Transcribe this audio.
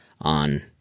on